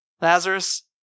Lazarus